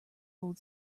old